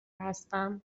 هستم